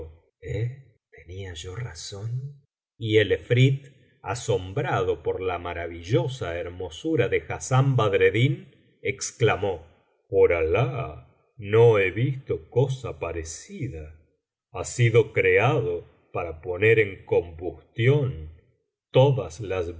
tenía yo razón y el efrit asombrado por la maravillosa hermosura de hassán badreddin exclamó por alah no he visto cosa parecida ha sido creado para poner en combustión todas las